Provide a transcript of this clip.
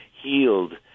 healed